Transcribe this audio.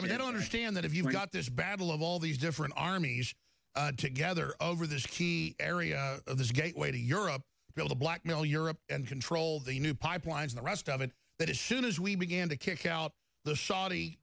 i mean i don't understand that if you've got this battle of all these different armies together over this key area of this gateway to europe build a blackmail europe and control the new pipelines the rest of it but as soon as we began to kick out the saudi